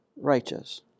righteous